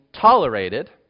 tolerated